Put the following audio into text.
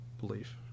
belief